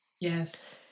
Yes